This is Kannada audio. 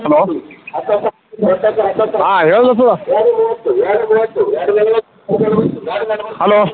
ಹಲೋ ಹಾಂ ಹೇಳಿ ಹಲೋ